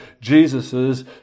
jesus's